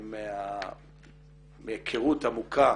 מהיכרות עמוקה